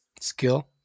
skill